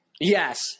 Yes